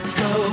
go